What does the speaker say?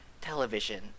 television